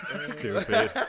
Stupid